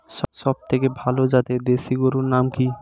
সবথেকে ভালো জাতের দেশি গরুর নাম কি?